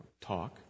talk